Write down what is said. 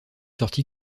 sorti